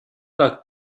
لاک